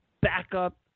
backup